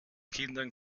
kindern